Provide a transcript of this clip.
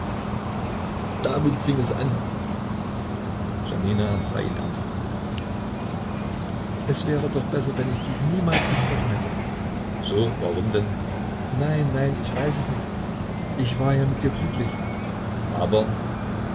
damit fing es an janina sah ihn ernst an es wäre doch besser wenn ich dich niemals getroffen hätte so warum denn nein nein ich weiß es nicht ich war ja mit dir glücklich aber